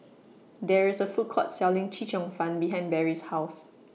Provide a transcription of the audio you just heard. There IS A Food Court Selling Chee Cheong Fun behind Barrie's House